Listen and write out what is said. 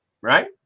Right